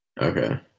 Okay